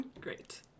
Great